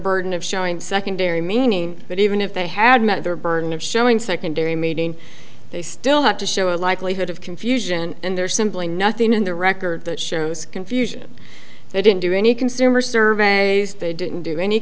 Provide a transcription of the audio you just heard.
burden of showing secondary meaning but even if they had met their burden of showing secondary meaning they still have to show a likelihood of confusion and there's simply nothing in the record that shows confusion they didn't do any consumer surveys they didn't do any